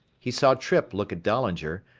he saw trippe look at dahlinger,